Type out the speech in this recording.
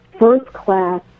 first-class